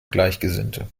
gleichgesinnte